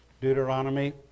Deuteronomy